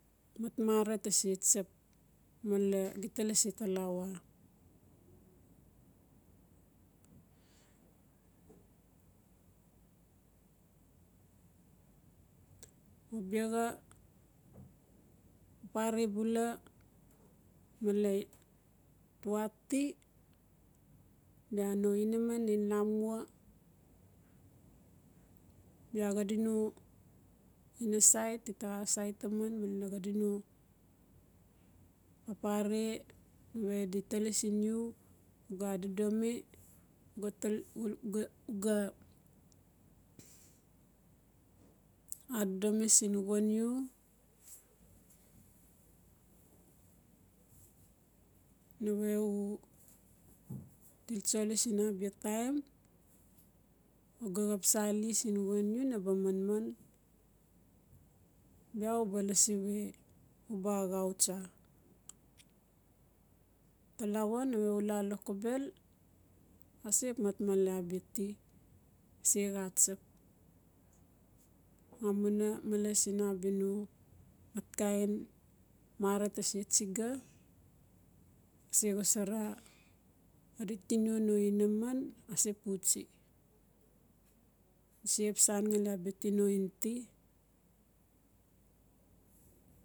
Mat marang ta se tsap mele gita lasi talawa bexa papare bula male twa ti bia no inaman din lamwa bia xadi no in nesait di ta sait taman malen xadi no papare newa di tali siin u, u ga adodomi ga adodomi siin won u newa u tiltsoli siin a bia taim o xap sali siin wan u ba manman bia u ba lasi we a axau tsa. Talawa newe u la lokobel, a sap mat male a bia ti a se xa a tsap amuna male siin a bia no mat kind marang ta se tsiga, a se wasara xidi tino no inaman a se puxutsi. se xap sa ngali tino ngan ti.